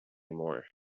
more